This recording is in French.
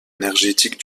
énergétique